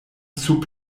sub